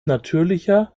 natürlicher